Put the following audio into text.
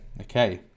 okay